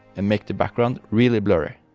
and make the background really blurry.